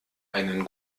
einen